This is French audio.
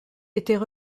étaient